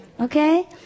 okay